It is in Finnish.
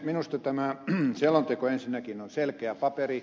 minusta tämä selonteko ensinnäkin on selkeä paperi